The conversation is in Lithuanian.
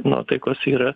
nuotaikos yra